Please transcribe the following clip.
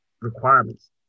requirements